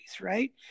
right